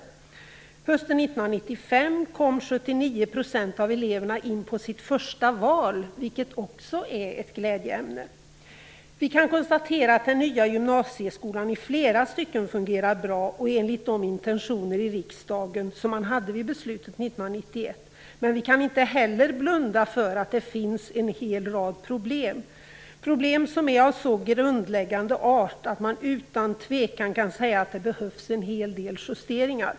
Hösten 1995 kom 79 % av eleverna in på sitt första val, vilket också är ett glädjeämne. Vi kan konstatera att den nya gymnasieskolan i flera stycken fungerar bra och enligt de intentioner som riksdagen hade vid beslutet 1991, men vi kan inte heller blunda för att det finns en hel rad problem. Det är problem som är av så grundläggande art att man utan tvekan kan säga att det behövs en hel del justeringar.